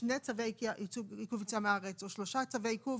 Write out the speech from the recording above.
שני צווי עיכוב יציאה מהארץ או שלושה צווי עיכוב